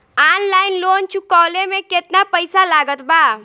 Online loan चुकवले मे केतना पईसा लागत बा?